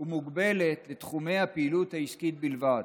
ומוגבלת לתחומי הפעילות העסקית בלבד.